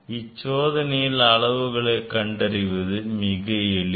இச்சோதனையில் அளவுகளை கண்டறிவது மிக எளிது